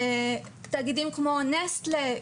תאגידים כמו נסטלה,